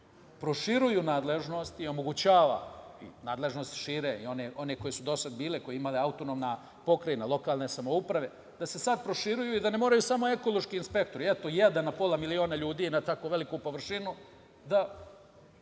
proširuju nadležnosti one koje su do sada bile, koje je imala autonomna pokrajina, lokalne samouprave, da se sada proširuju i da ne moraju samo ekološki inspektori, eto, jedan na pola miliona ljudi je na tako veliku površinu, da